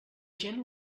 gent